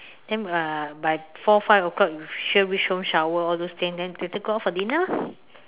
then uh by four five o-clock you sure reach home shower all those things then later go out for dinner lah